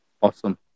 Awesome